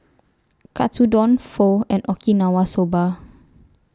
Katsudon Pho and Okinawa Soba